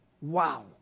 Wow